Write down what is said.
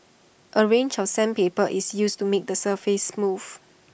A range of sandpaper is used to make the surface smooth